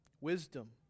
Wisdom